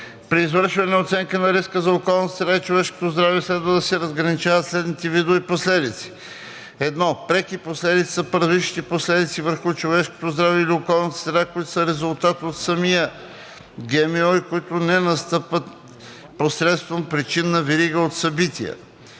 При извършване на оценка за риска за околната среда и човешкото здраве следва да се разграничават следните видове последици: 1. „Преки последици“ са първичните последици върху човешкото здраве или околната среда, които са резултат от самия ГМО и които не настъпват посредством причинна верига от събития;